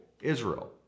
Israel